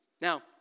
Now